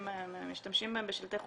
שמשתמשים בהם בשלטי חוצות,